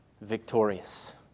victorious